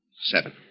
seven